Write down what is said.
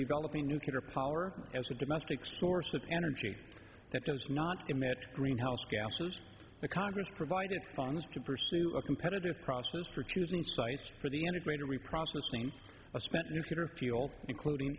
developing nuclear power as a domestic source of energy that does not emit greenhouse gases the congress provided funds to pursue a competitive process for choosing sites for the integrated reprocessing of spent nuclear fuel including